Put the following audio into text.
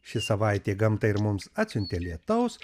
ši savaitė gamta ir mums atsiuntė lietaus